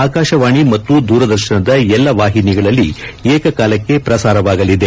ಆಕಾಶವಾಣಿ ಮತ್ತು ದೂರದರ್ಶನದ ಎಲ್ಲಾ ವಾಹಿನಿಗಳಲ್ಲಿ ಏಕ ಕಾಲಕ್ಷೆ ಪ್ರಸಾರವಾಗಲಿದೆ